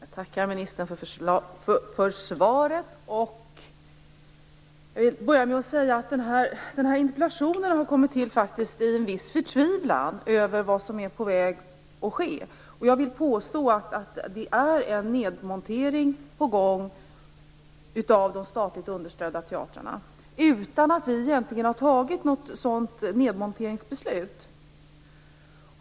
Herr talman! Jag tackar ministern för svaret. Jag vill börja med att säga att denna interpellation faktiskt har kommit till i en viss förtvivlan över vad som är på väg att ske. Jag vill påstå att det är på gång en nedmontering av de statligt understödda teatrarna utan att vi egentligen har fattat något nedmonteringsbeslut.